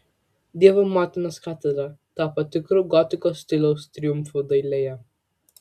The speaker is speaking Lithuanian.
dievo motinos katedra tapo tikru gotikos stiliaus triumfu dailėje